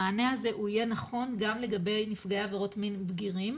המענה הזה הוא יהיה נכון גם לגבי נפגעי עבירות מין בגירים.